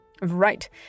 Right